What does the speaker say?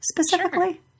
specifically